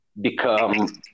become